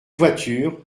voiture